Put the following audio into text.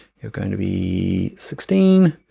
you're going to be sixteen.